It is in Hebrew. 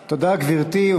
תודה, גברתי.